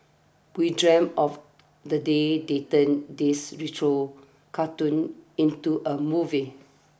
we dreamt of the day they turn this retro cartoon into a movie